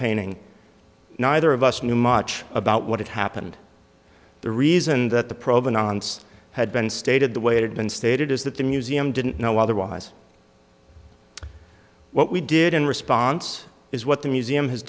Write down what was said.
painting neither of us knew much about what had happened the reason that the provenance had been stated the way to been stated is that the museum didn't know otherwise what we did in response is what the museum has